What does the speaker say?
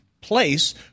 place